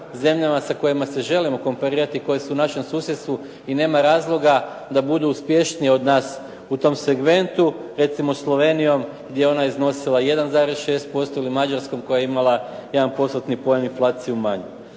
zemljama sa kojima se želimo komparirati i koje su u našem susjedstvu i nema razloga da budu uspješnije od nas u tom segmentu recimo Slovenijom gdje je ona iznosila 1,6% ili Mađarskom koja je imala jedan postotni poen inflaciju manje.